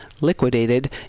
liquidated